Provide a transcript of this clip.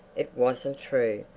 it wasn't true.